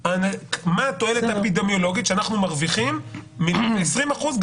מה התועלת האפידמיולוגית שאנחנו מרוויחים מה-20 אחוזים,